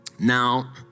Now